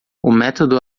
método